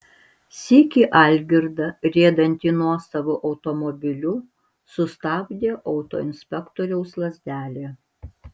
sykį algirdą riedantį nuosavu automobiliu sustabdė autoinspektoriaus lazdelė